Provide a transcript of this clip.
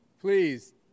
Please